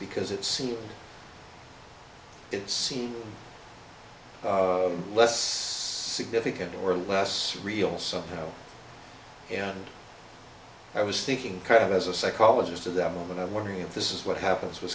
because it seemed it seemed less significant or less real something i was thinking kind of as a psychologist of the moment i'm wondering if this is what happens with